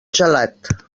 gelat